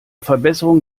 verbesserung